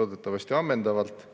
loodetavasti ammendavalt.